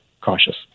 cautious